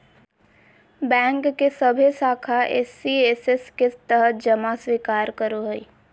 bank के सभे शाखा एस.सी.एस.एस के तहत जमा स्वीकार करो हइ